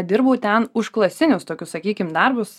dirbau ten užklasinius tokius sakykim darbus